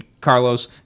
Carlos